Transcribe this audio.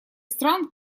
стран